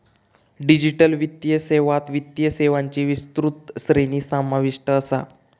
digital वित्तीय सेवात वित्तीय सेवांची विस्तृत श्रेणी समाविष्ट असा